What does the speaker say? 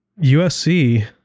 USC